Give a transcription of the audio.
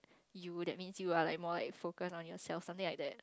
you that means you are like more like focus on yourself something like that